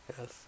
yes